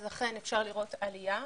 אז אכן אפשר לראות עלייה.